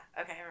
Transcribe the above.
okay